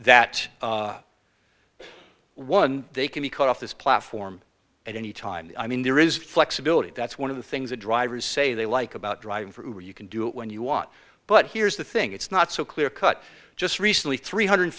that one they can be cut off this platform at any time i mean there is flexibility that's one of the things the drivers say they like about driving for or you can do it when you want but here's the thing it's not so clear cut just recently three hundred